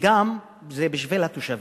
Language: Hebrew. וגם זה בשביל התושבים.